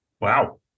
Wow